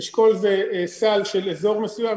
אשכול זה סל של אזור מסוים,